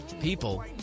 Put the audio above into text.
people